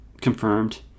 confirmed